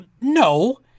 No